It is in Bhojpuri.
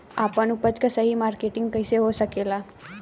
आपन उपज क सही मार्केटिंग कइसे हो सकेला?